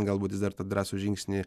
galbūt jis dar tą drąsų žingsnį